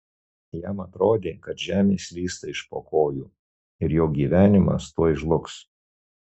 jam atrodė kad žemė slysta iš po kojų ir jo gyvenimas tuoj žlugs